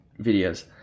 videos